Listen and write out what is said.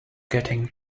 getting